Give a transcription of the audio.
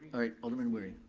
alright, alderman wery.